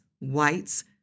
whites